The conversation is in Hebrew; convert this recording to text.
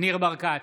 ניר ברקת,